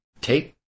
take